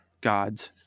gods